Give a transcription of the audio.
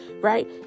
right